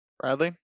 bradley